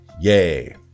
Yay